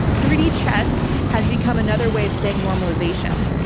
three d chess has become another way of saying normalization.